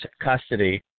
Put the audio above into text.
custody